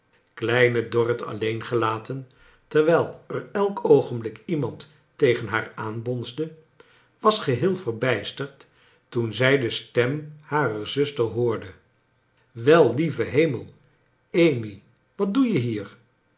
kleine dorrit alleen gelaten terwijl er elk oogenblik iemand tegen haar aanbonsde was geheel verbijsterd toen zij de stem harer zuster hoorde wel lieve hemel amy wat doe jij hier